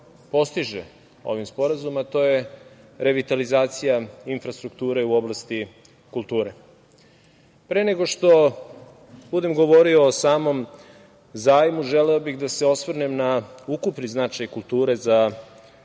postiže ovim sporazumom, a to je revitalizacija infrastrukture u oblasti kulture. Pre nego što budem govorio o samom zajmu, želeo bih da se osvrnem na ukupni značaj kulture za